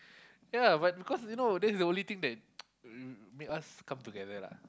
ya but because you know that's the only thing that make us come together lah